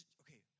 Okay